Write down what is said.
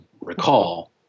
recall